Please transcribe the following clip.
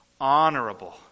honorable